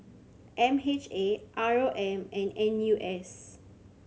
M H A R O M and N U S